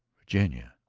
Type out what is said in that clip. virginia,